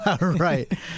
Right